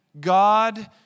God